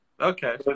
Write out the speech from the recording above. Okay